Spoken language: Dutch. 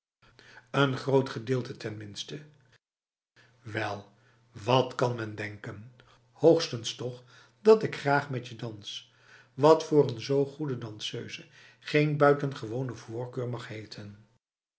n groot gedeelte tenminste wel wat kan men denken hoogstens toch dat ik graag met je dans wat voor een zo goede danseuse geen buitengewone voorkeur mag heten